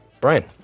Brian